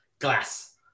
glass